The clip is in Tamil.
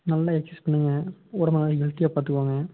நல்லா எக்ஸ்ஸசைஸ் பண்ணுங்கள் உடம்பை நல்லா ஹெல்த்தியாக பார்த்துக்கோங்க